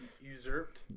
Usurped